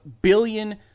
billion